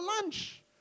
lunch